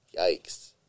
Yikes